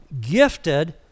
gifted